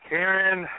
Karen